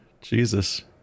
Jesus